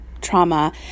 trauma